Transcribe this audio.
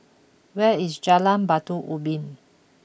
where is Jalan Batu Ubin